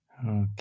Okay